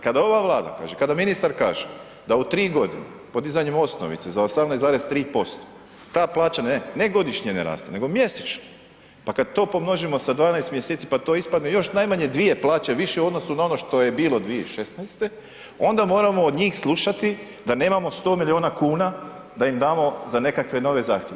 Kada ova Vlada kaže, kada ministar kaže da u 3.g. podizanjem osnovice za 18,3% ta plaća ne, ne godišnje ne raste, nego mjesečno, pa kad to pomnožimo sa 12. mjeseci, pa to ispadne još najmanje dvije plaće više u odnosu na ono što je bilo 2016., onda moramo od njih slušati da nemamo 100 milijuna kuna da im damo za nekakve nove zahtjeve.